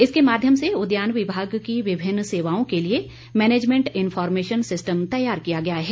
इसके माध्यम से उद्यान विभाग की विभिन्न सेवाओं के लिए मैनेजमेंट इन्फार्मेशन सिस्टम तैयार किया गया है